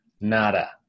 nada